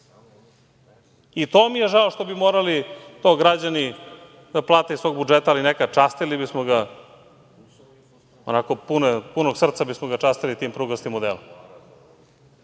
I to mi je žao što bi to morali građani da plate iz svog budžeta, ali neka, častili bismo ga, onako punog srca bismo ga častili tim prugastim odelom. Vama